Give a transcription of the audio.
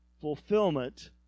fulfillment